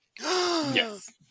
Yes